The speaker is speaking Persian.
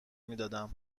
میدادم